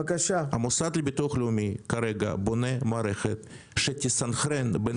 המוסד לביטוח לאומי בונה כרגע מערכת שתסנכרן בין